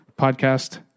podcast